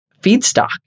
feedstock